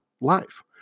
life